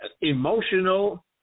emotional